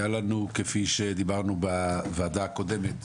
היה לנו, כפי שדיברנו בוועדה הקודמת,